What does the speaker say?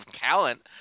talent